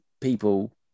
people